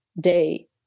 day